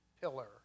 pillar